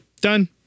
Done